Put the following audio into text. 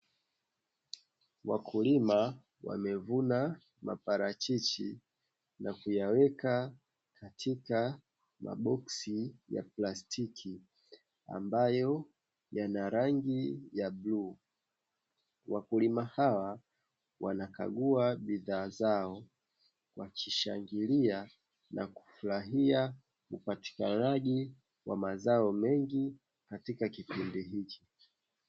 Wakulima wamevuna maparachichi na kuyaweka katika maboksi ya plastiki ambayo yana rangi ya bluu. Wakulima hawa wanakagua bidhaa zao wakishangilia na kufurahia upatikanaji wa mazao mengi katika kipindi hiki.